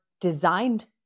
designed